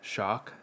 Shock